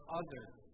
others